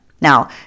Now